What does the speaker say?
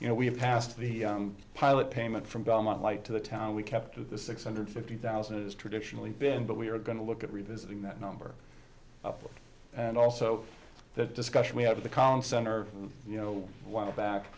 you know we have passed the pilot payment from belmont light to the town we kept to the six hundred and fifty thousand is traditionally been but we are going to look at revisiting that number and also the discussion we have of the con center you know while back